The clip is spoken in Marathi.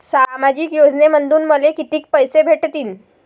सामाजिक योजनेमंधून मले कितीक पैसे भेटतीनं?